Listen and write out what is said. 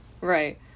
right